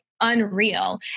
unreal